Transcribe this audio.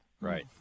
right